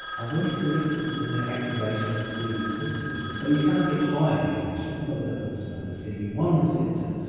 are very selective in their activation of the c b two receptors. so you can't get high on and echinacea because it doesn't stimulate the c b one receptor,